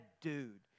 dude